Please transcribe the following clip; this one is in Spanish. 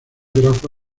grafo